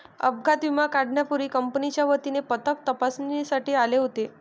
अपघात विमा काढण्यापूर्वी कंपनीच्या वतीने पथक तपासणीसाठी आले होते